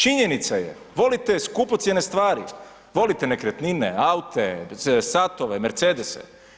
Činjenica je, volite skupocjene stvari, volite nekretnine, aute, satove, Mercedese.